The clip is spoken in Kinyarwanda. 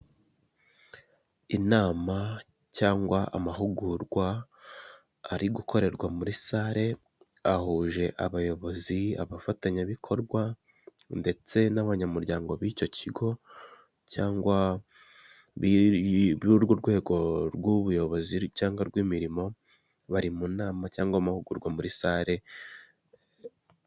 Inama cyangwa amahugurwa ari gukorerwa muri sare ahuje abayobozi abafatanyabikorwa ndetse n'abanyamuryango b'icyo kigo cyangwa b' ur rwego rw'ubuyobozi cyangwa rw'imirimo bari mu nama cyangwa amahugurwa muri sare.